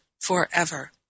forever